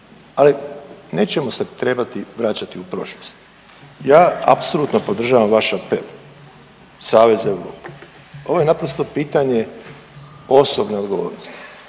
ali nećemo se trebati vraćati u prošlost. Ja apsolutno podržavam vaše saveze, ovo je naprosto pitanje osobne odgovornosti.